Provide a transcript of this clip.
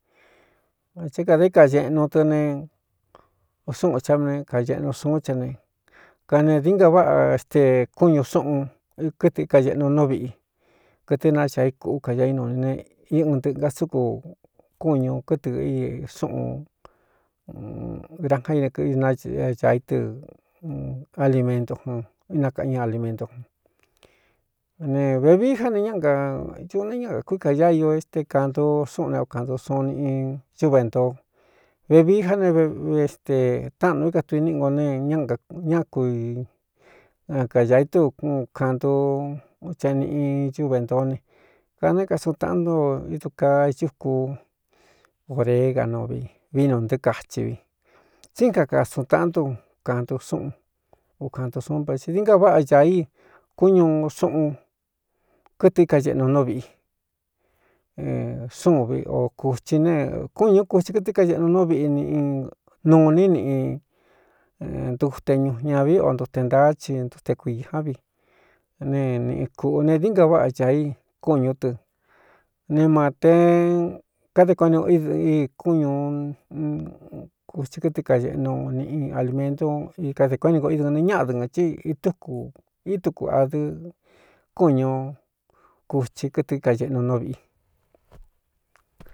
Té kādé kañeꞌnu dɨ ne súꞌun chá ne kañeꞌnu suún chá ne kane dií nga váꞌa xte kúñū súꞌun kɨtɨkañeꞌnu nú viꞌi kɨtɨ nacāí kūꞌú kaña í nuni ne íꞌun ntɨꞌnga súku kúñū kɨtɨ i súꞌun granja inña í tɨ alimentujn inakaꞌ ñɨ alimentu jon ne vevií já ne ñáka cuꞌu ne ñákakuí kaña io éste kāndu súꞌun ne o kāntu sun ini n zúve ntōo vevií já ne vi é ste táꞌanu é ka tui níꞌi ngo ne ññá kui a kañā itú kāndu cha ni in cúve nto ne ka né kasuꞌun taꞌántun o idu kaa icuku borega nuu vi viínuntɨꞌɨ kāchi vi tsí n kaka suꞌun taꞌntu kāntun súꞌun ukāꞌntun suún ve tsi dií nkaváꞌa ñaā í kúñuu súꞌun kɨtɨi kañeꞌnu nú viꞌi súunvi o kūchi ne kúñū kutsi kɨtɨ káeꞌnu nú viꞌi nnu iní niꞌi ntuteñu ñāvi o ntute ntaá ci ntute kuiī ján vi ne nīꞌi kūꞌu ne dií ngaváꞌa caā í kúñū tɨ ne mā te kade kueeni ko ídɨ i kúñūú kuthɨ kɨtɨ kaeꞌnu niꞌi alīmentu i kadē kueéni nko idɨne ñáꞌadɨgā chɨ itúku itúku adɨ kúñū kuchi kɨtɨ kañeꞌnu nú viꞌi.